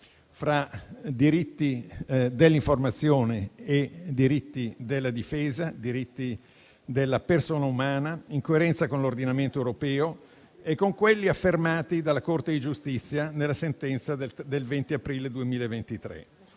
i diritti dell'informazione e i diritti della difesa, i diritti della persona umana, in coerenza con l'ordinamento europeo, con quelli affermati dalla Corte di giustizia nella sentenza del 20 aprile 2023.